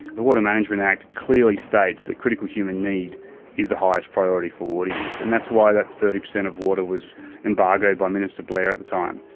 the water management act clearly states that critical human need is the highest priority for water use. and that's why that thirty percent of water was embargoed by minister blair at the time.